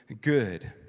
good